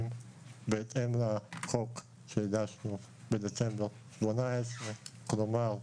בהתאם לחוק שהגשנו בדצמבר 2018. כלומר,